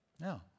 No